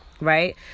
Right